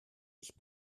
nicht